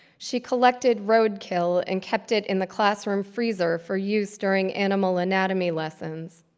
she collected roadkill and kept it in the classroom freezer for use during animal anatomy lessons.